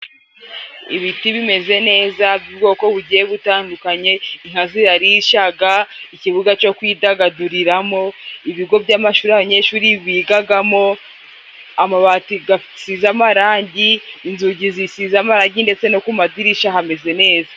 Ibiti bimeze neza ubwoko bugiye butandukanye, inka zirarishaga ikibuga cyo kwidagaduriramo. Ibigo by'amashuri abanyeshuri bigagamo, amabati gasize amarangi, inzugi zisize amarangi ndetse no ku madirishya hameze neza.